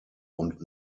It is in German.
und